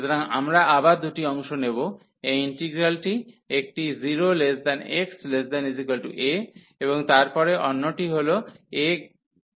সুতরাং আমরা আবার দুটি অংশ নেব এই ইন্টিগ্রালটি একটি 0x≤a এবং তারপরে অন্যটি হল a→∞